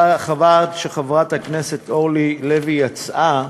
חבל שחברת הכנסת אורלי לוי יצאה,